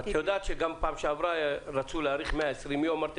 את יודעת שגם בפעם שעברה רצו להאריך ב-120 ימים.